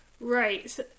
Right